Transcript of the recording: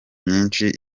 myinshi